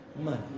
money